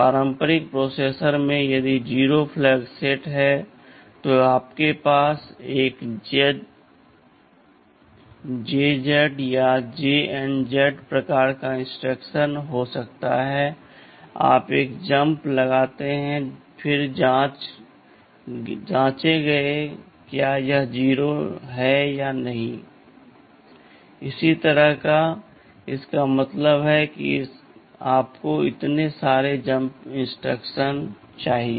पारंपरिक प्रोसेसर में यदि 0 फ्लैग सेट है तो आपके पास एक JZ या JNZ प्रकार का इंस्ट्रक्शन हो सकता है आप एक जम्प लगाते हैं फिर जांचें कि क्या यह 0 नहीं है और इसी तरह इसका मतलब है आपको इतने सारे जम्प के इंस्ट्रक्शन चाहिए